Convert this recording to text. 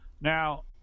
Now